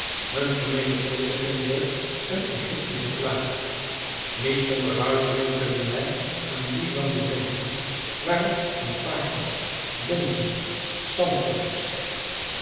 hun vermenigvuldiging wordt een egyptische plaag niet zonder huivering kunnen wij aan die landen denken waar het van fakirs bonzen santons